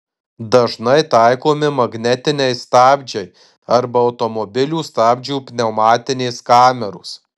dažnai taikomi magnetiniai stabdžiai arba automobilių stabdžių pneumatinės kameros